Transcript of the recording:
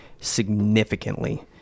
significantly